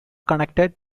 connected